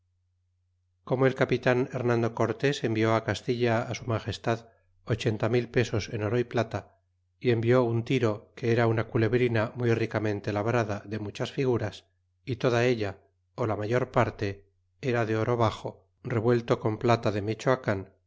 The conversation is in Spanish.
como el capitan rentando cortés envió castilla á su magestad ochenta mil pesos en oro y plata y envió un tiro que era una culebrina muy ricamente labrada de muchas figuras y toda ella ó la mayor parte era de oro bazo revuelto con plata de mechoacan